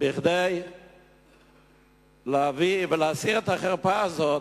כדי להביא, להסיר את החרפה הזו